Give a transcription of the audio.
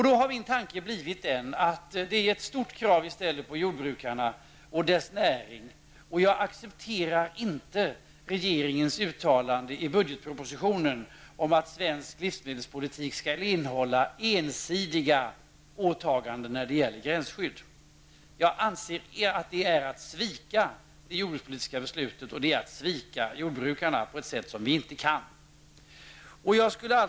Det är alltså stora krav som vi ställer på jordbrukarna och deras näring. Jag accepterar inte regeringens uttalande i budgetpropositionen om att svensk livsmedelspolitik skall innehålla ensidiga åtaganden när det gäller gränsskydd. Jag anser att det är att svika det jordbrukspolitiska beslutet och även jordbrukarna -- något som vi bara inte kan göra.